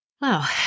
Wow